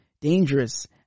dangerous